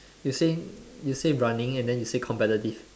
you say you say running and then you say competitive